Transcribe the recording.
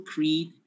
Creed